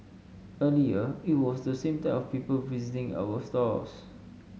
earlier it was the same type of people visiting our stores